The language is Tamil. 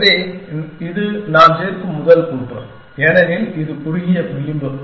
எனவே இது நான் சேர்க்கும் முதல் கூற்று ஏனெனில் இது குறுகிய விளிம்பு